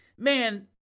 Man